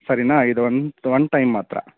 ಸರಿಯಾ ಇದೊಂದು ಒಂದು ಟೈಮ್ ಮಾತ್ರ